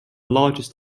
largest